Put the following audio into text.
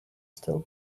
still